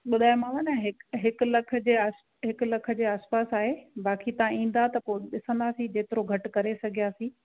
ॿुधायोमाव न हिकु लखु जे हिकु आ लखु जे आसपास आहे बाक़ी तव्हां ईंदा त पोइ ॾिसंदासीं जेतिरो घटि करे सघियासीं